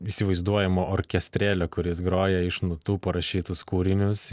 įsivaizduojamo orkestrėlio kuris groja iš natų parašytus kūrinius